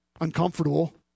uncomfortable